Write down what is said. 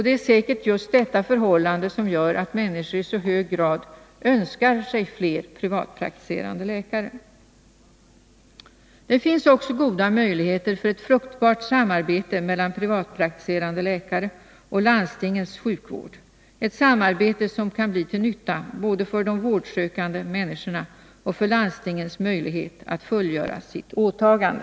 Det är säkert just detta förhållande som gör att människor i så hög grad önskar sig fler privatläkare. Det finns också goda möjligheter för ett fruktbart samarbete mellan privatpraktiserande läkare och landstingens sjukvård, ett samarbete som kan bli till nytta både för de vårdsökande människorna och för landstingens möjlighet att fullgöra sitt åtagande.